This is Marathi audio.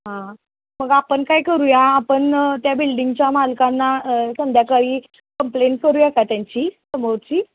हां मग आपण काय करूया आपण त्या बिल्डिंगच्या मालकांना संध्याकाळी कंप्लेन करूया का त्यांची समोरची